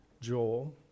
Joel